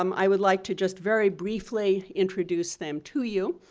um i would like to just very briefly introduce them to you.